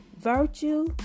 virtue